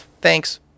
Thanks